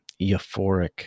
euphoric